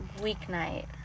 weeknight